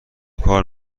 کار